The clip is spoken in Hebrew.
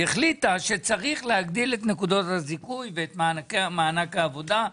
היא החליטה שצריך להגדיל את נקודות הזיכוי ואת מענק העבודה.